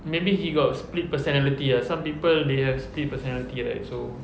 maybe he got split personality ah some people they have split personality ah so